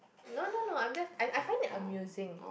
no no no I'm just I I find that amusing